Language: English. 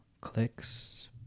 Clicks